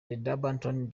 dumbarton